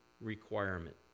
requirement